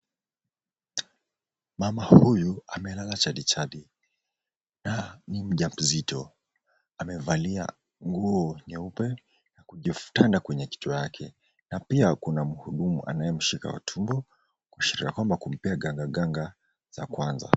Mama huyu amelala chalichali na ni mjamzito. Amevalia nguo nyeupe kujiftanda kwenye kichwa yake na pia kuna mhudumu anayemshika kwa tumbo kuashiria kwamba kumpea ganga ganga za kwanza.